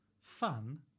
fun